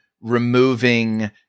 removing